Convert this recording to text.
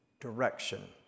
direction